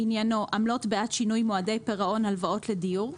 עניינו עמלות בעד שינוי מועדי פירעון הלוואות לדיור.